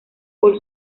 por